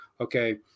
Okay